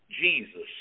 Jesus